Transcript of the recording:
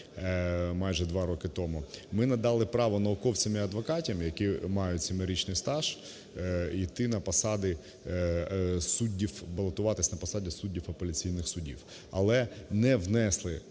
майже 2 роки тому, ми надали право науковцям і адвокатам, які мають 7-річний стаж, йти на посади суддів, балотуватись на посади суддів апеляційних судів. Але не внесли